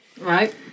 Right